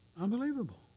Unbelievable